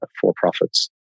for-profits